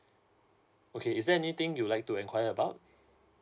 okay is there anything you'd like to enquire about